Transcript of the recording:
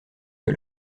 que